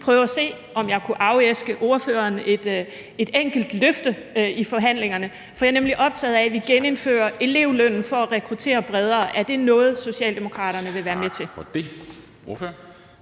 prøve at se, om jeg kunne afæske ordføreren et enkelt løfte i forhandlingerne, for jeg er nemlig optaget af, at vi genindfører elevlønnen for at rekruttere bredere. Er det noget, Socialdemokraterne vil være med til?